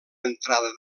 entrada